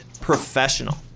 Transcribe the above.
professional